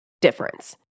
difference